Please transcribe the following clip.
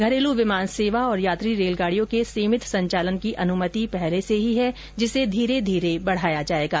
घरेलू विमान सेवा और यात्री रेलगाड़ियों के सीमित संचालन की अनुमति पहले से ही है जिसे धीरे धीरे बढ़ाया जाएगा